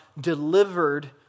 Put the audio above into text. delivered